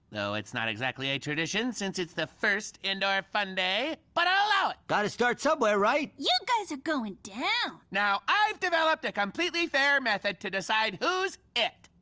though it's not exactly a tradition since it's the first indoor fun day. but i'll allow it. gotta start somewhere, right? you guys are going down! now, i've developed a completely fair method to decide who's it.